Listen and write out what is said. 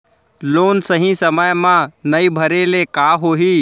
Loan सही समय मा नई भरे ले का होही?